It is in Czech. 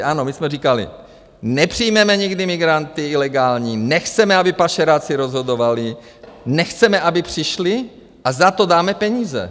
Ano, my jsme říkali: nepřijmeme nikdy migranty ilegální, nechceme, aby pašeráci rozhodovali, nechceme, aby přišli, a za to dáme peníze.